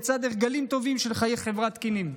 לצד הרגלים טובים של חיי חברה תקינים.